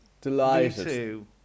Delighted